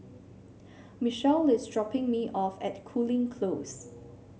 Michele is dropping me off at Cooling Close